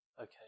Okay